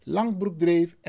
Langbroekdreef